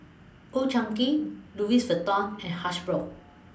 Old Chang Kee Louis Vuitton and Hasbro